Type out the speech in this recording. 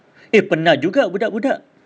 eh penat juga budak-budak